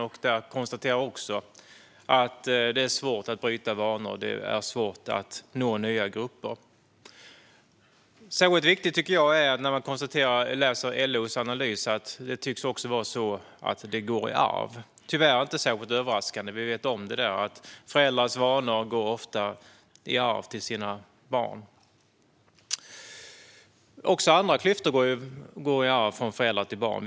Också där konstateras att det är svårt att bryta vanor och att nå nya grupper. Särskilt viktigt att konstatera när man läser LO:s analys tycker jag är att detta tycks gå i arv. Det är tyvärr inte särskilt överraskande; vi vet att föräldrars vanor ofta går i arv till deras barn. Också andra saker går i arv från föräldrar till barn.